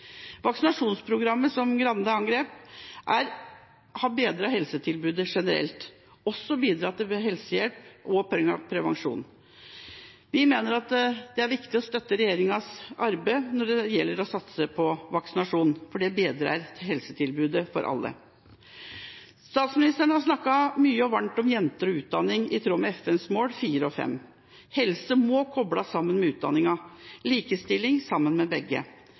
Vaksinasjonsprogrammet, som Skei Grande angrep, har bedret helsetilbudet generelt og også bidratt til helsehjelp og prevensjon. Vi mener at det er viktig å støtte regjeringas arbeid når det gjelder å satse på vaksinasjon, for det bedrer helsetilbudet for alle. Statsministeren har snakket mye og varmt om jenter og utdanning, i tråd med FNs mål 4 og 5. Helse må kobles sammen med utdanningen, likestilling sammen med begge.